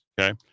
okay